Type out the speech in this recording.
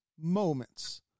moments